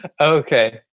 Okay